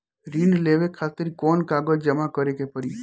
ऋण लेवे खातिर कौन कागज जमा करे के पड़ी?